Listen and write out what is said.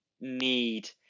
need